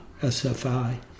SFI